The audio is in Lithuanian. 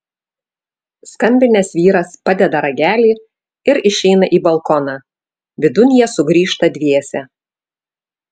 skambinęs vyras padeda ragelį ir išeina į balkoną vidun jie sugrįžta dviese